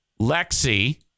Lexi